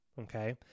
Okay